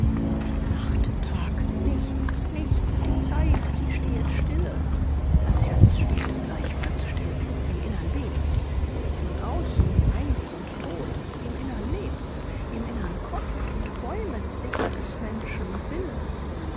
tag nichts nichts die zeit sie stehet stille das herz steht gleichfalls still im innern bebt's von außen eis und tod im innern lebt's im innern kocht und bäumet sich des menschen wille